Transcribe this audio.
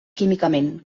químicament